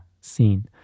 seen